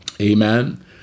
amen